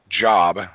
job